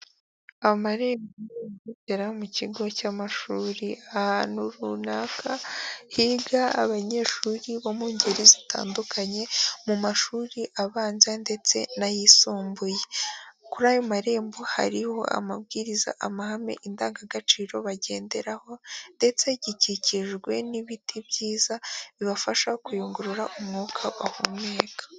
Amarembo yinjira mu kigo cy'amashuri ahantu runaka higa abanyeshuri bo mu ngeri zitandukanye mu mashuri abanza ndetse n'ayisumbuye. Kuri ayo marembo hariho amabwiriza, amahame, indangagaciro bagenderaho ndetse gikikijwe n'ibiti byiza bibafasha kuyungurura umwuka bahumeka.